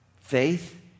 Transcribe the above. Faith